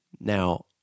Now